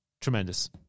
Tremendous